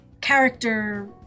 character